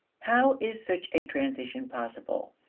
how is such a transition possible?